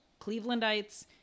Clevelandites